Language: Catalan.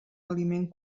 aliment